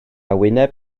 wyneb